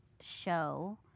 show